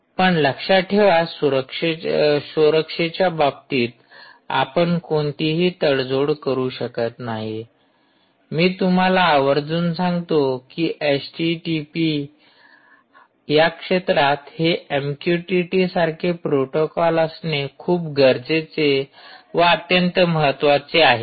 पण लक्षात ठेवा सुरक्षेच्या बाबतीत आपण कोणतीही तडजोड करू शकत नाही मी तुम्हाला आवर्जून सांगतो की एचटीटीपी या क्षेत्रात हे एमक्यूटीटी सारखे प्रोटोकॉल असणे खूप गरजेचे व अत्यंत महत्त्वाचे आहे